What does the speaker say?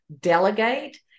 delegate